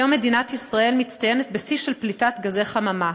כיום מדינת ישראל מצטיינת בשיא של פליטת גזי חממה,